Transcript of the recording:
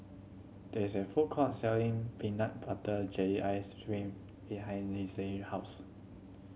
there is a food court selling peanut butter jelly ice cream behind Linsey house